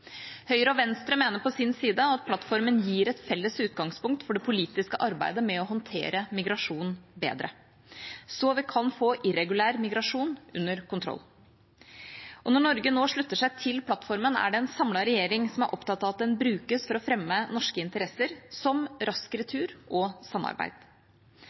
Høyre og Venstre mener på sin side at plattformen gir et felles utgangspunkt for det politiske arbeidet med å håndtere migrasjonen bedre, slik at vi kan få irregulær migrasjon under kontroll. Når Norge nå slutter seg til plattformen, er det en samlet regjering som er opptatt av at den brukes for å fremme norske interesser, som rask retur og samarbeid.